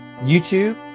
youtube